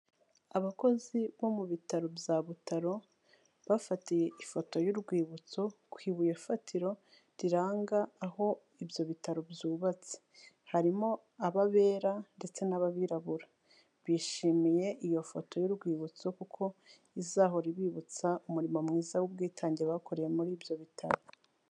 Abakozi bo mu bitaro bya Butaro, bafatiye ifoto y'urwibutso ku ibuye fatiro riranga aho ibyo bitaro byubatse, harimo ab'abera ndetse n'ibirabura bishimiye iyo foto y'urwibutso kuko izahora ibibutsa umurimo mwiza w'ubwitange bakoreye muri ibyo bitaro.